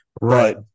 right